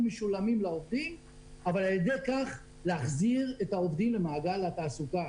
משולמים לעובדים אבל על ידי כך להחזיר את העובדים למעגל התעסוקה.